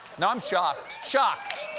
i'm shocked. shocked.